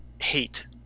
hate